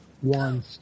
one